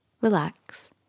relax